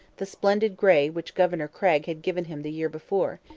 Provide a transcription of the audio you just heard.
the splendid grey which governor craig had given him the year before,